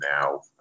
now